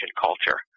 culture